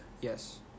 Yes